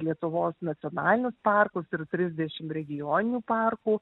lietuvos nacionalinius parkus ir trisdešim regioninių parkų